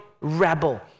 rebel